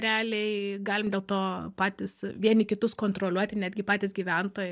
realiai galim dėl to patys vieni kitus kontroliuoti netgi patys gyventojai